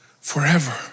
forever